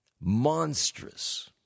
monstrous